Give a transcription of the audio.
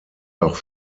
auch